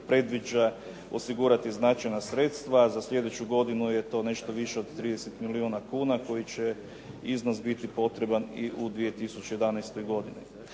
predviđa osigurati značajna sredstva. Za sljedeću godinu je to nešto više od 30 milijuna kuna koji će iznos biti potreban i u 2011. godini.